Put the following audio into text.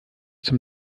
zum